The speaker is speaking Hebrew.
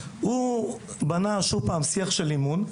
הוא בנה שוב פעם שיח של אמון.